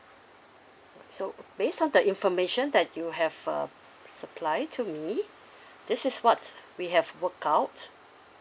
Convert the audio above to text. so based on the information that you have uh supply to me this is what we have work out